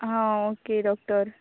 हां okay doctor